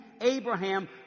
Abraham